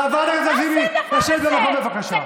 חברת הכנסת לזימי, לשבת במקום, בבקשה.